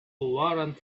warrant